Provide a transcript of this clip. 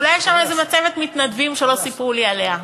אולי יש שם איזו מצבת מתנדבים שלא סיפרו לי עליה.